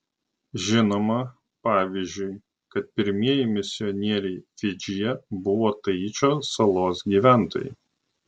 žinoma pavyzdžiui kad pirmieji misionieriai fidžyje buvo taičio salos gyventojai